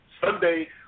Sunday